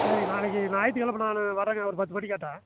சரி நாளைக்கு ஞாயித்துக்கிழம நான் வரேங்க ஒரு பத்து மணிக்காட்டம்